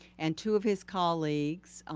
and two of his colleagues,